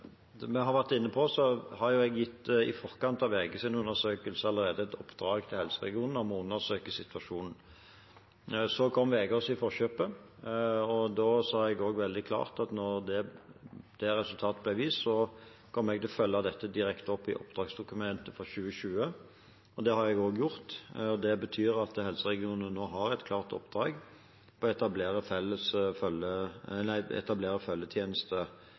vi har vært inne på, ga jeg allerede i forkant av VGs undersøkelse helseregionene i oppdrag å undersøke situasjonen. Så kom VG oss i forkjøpet. Da sa jeg veldig klart at når de kunne vise det resultatet, kom jeg til å følge dette direkte opp i oppdragsdokumentet for 2020. Det har jeg også gjort. Det betyr at helseregionene nå har et klart oppdrag – å etablere